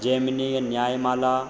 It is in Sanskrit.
जैमिनीयन्यायमाला